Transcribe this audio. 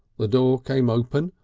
the door came open,